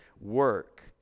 work